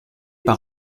par